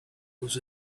was